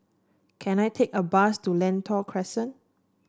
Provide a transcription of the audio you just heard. can I take a bus to Lentor Crescent